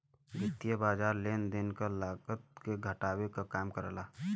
वित्तीय बाज़ार लेन देन क लागत के घटावे क काम करला